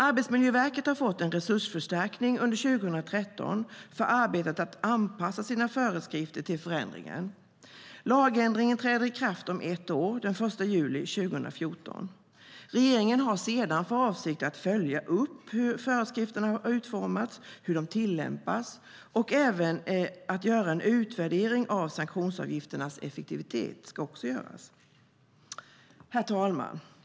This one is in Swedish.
Arbetsmiljöverket har fått en resursförstärkning under 2013 för arbetet med att anpassa sina föreskrifter till förändringen. Lagändringen träder i kraft om ett år, den 1 juli 2014. Regeringen har sedan för avsikt att följa upp hur föreskrifterna utformas och hur de tillämpas och även göra en utvärdering av sanktionsavgifternas effektivitet. Herr talman!